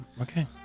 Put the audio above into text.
okay